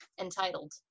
entitled